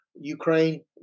ukraine